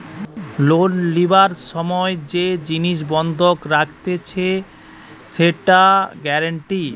loan লিবার সময় যে জিনিস বন্ধক রাখতিছে সেটা গ্যারান্টি